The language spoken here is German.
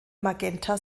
magenta